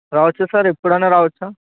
రావచ్చా సార్ ఎప్పుడైనా రావచ్చా